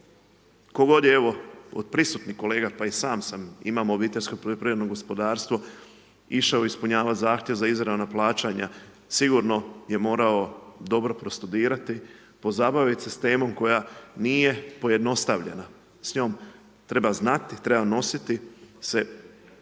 god je evo od prisutnih kolega pa i sam sam, imam obiteljsko poljoprivredno gospodarstvo, išao ispunjavati zahtjev za izravna plaćanja sigurno je morao dobro prostudirati, pozabaviti se s temom koja nije pojednostavljena. S njom treba znati, treba nositi se a pogotovo